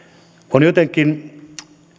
on jotenkin